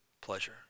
pleasure